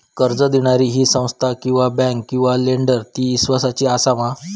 कर्ज दिणारी ही संस्था किवा बँक किवा लेंडर ती इस्वासाची आसा मा?